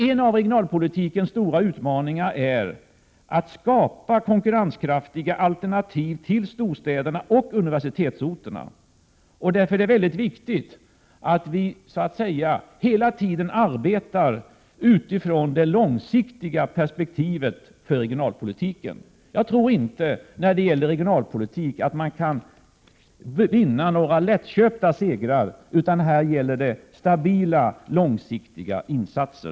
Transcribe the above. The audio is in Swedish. En av regionalpolitikens stora utmaningar är att skapa konkurrenskraftiga alternativ till storstäderna och universitetsorterna. Därför är det mycket viktigt att vi hela tiden arbetar utifrån det långsiktiga perspektivet för regionalpolitiken. Jag tror inte att man i fråga om regionalpolitik kan vinna några lättköpta segrar. Här gäller det stabila, 43 långsiktiga insatser.